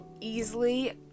easily